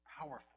Powerful